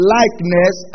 likeness